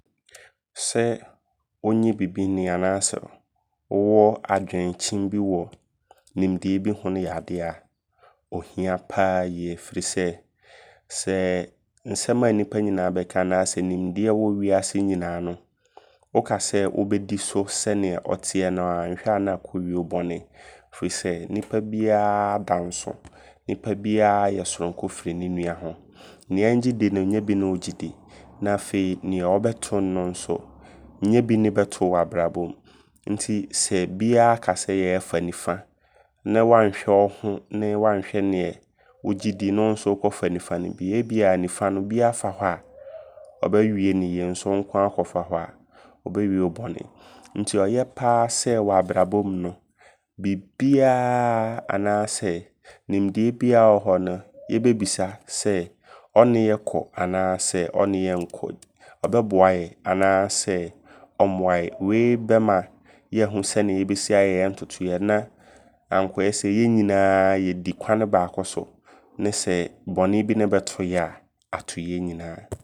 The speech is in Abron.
Sɛ wonnye bibi nni anaa sɛ wowɔ adwenkyin bi wɔ nimdeɛ bi ho no yɛ adea ɔhia paa yie. Firi sɛ, sɛɛ nsɛm a nnipa nyinaa bɛka anaa sɛ nimdeɛ ɛwɔ wiase nyinaa no woka sɛ wobɛdi so sɛneɛ ɔteeɛ noaa anhwɛ a ne akɔwie wo bɔne. Firi sɛ nnipa biaa da nso. Nnipa biaa yɛ sononko firi ne nua ho. Neɛ ngyedi no nyɛ bi ne wogyedi. Na afei neɛ ɔbɛtom no nso nyɛ bi ne bɛto wo wɔ abrabɔ mu. Nti sɛ biaa ka sɛ yɛɛ fa nifa ne wanhwɛ wo ho ne wanhwɛ neɛ wogyedi ne wo nso wokɔfa nifa ne bi. Ebia ne nifa no biaa fa hɔ a ɔbɛwie ne yie. Nso wo nkoaa wokɔfa hɔ a ɔbɛwie wo bɔne. Nti ɔyɛ paa sɛ wɔ abrabɔ mu no bibiaaa anaasɛ nimdeɛ biaa ɔwɔ hɔ no yɛbɛbisa sɛ, ɔne yɛkɔ anaasɛ ɔne yɛnkɔ? Ɔbɛboayɛ anaa sɛ ɔmmoayɛ? Wei bɛma yɛahu sɛneɛ yɛbɛsi ayɛ yɛn ntotoyɛna ankɔyɛ sɛ yɛ nyinaa yɛdi kwane baako so. Ne sɛ bɔne bi ne bɛto yɛ a ato yɛ nyinaa.